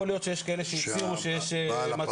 יכול להיות שיש כאלה שהצהירו שיש מצלמות,